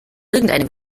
irgendeine